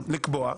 לקבוע.